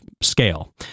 scale